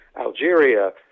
Algeria